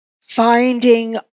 finding